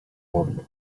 móvil